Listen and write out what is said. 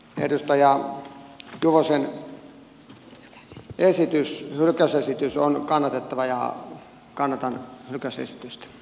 edustaja juvosen hylkäysesitys on kannatettava ja kannatan hylkäysesitystä